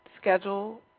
schedule